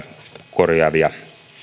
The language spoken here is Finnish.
korjaavia